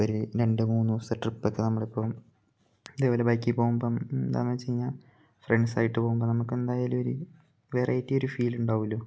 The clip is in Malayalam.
ഒരു രണ്ട് മൂന്ന് ദിവസത്തെ ട്രിപ്പക്കെ നമ്മൾ ഇപ്പം ഇതേപോലെ ബൈക്കി പോകുമ്പം എന്താന്ന് വെച്ച് കഴിഞ്ഞാൽ ഫ്രണ്ട്സായിട്ട് പോകുമ്പം നമുക്ക് എന്തായാലും ഒരു വെറൈറ്റി ഒരു ഫീലുണ്ടാവൂലോ